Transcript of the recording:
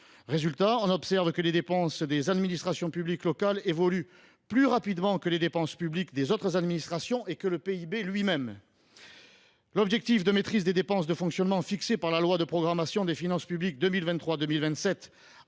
Résultat, on observe que les dépenses des administrations publiques locales évoluent plus rapidement que les dépenses publiques des autres administrations et que le PIB lui même. L’objectif de maîtrise des dépenses de fonctionnement fixé par la loi de programmation des finances publiques pour